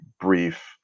brief